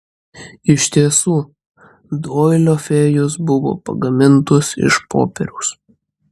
iš tiesų doilio fėjos buvo pagamintos iš popieriaus